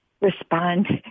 respond